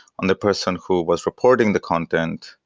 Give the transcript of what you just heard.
and the person who was reporting the content.